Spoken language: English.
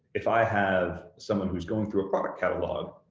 if i have someone who's going through a product catalog,